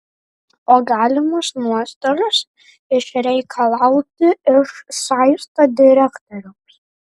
o galimus nuostolius išreikalauti iš saisto direktoriaus